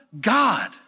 God